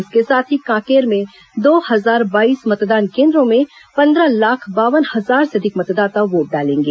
इसके साथ ही कांकेर में दो हजार बाईस मतदान केन्द्रों में पंद्रह लाख बावन हजार से अधिक मतदाता वोट डालेंगे